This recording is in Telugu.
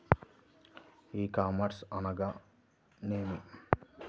ఈ కామర్స్ అనగానేమి?